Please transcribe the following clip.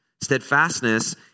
Steadfastness